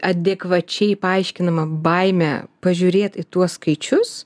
adekvačiai paaiškinamą baimę pažiūrėt į tuos skaičius